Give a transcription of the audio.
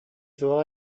суох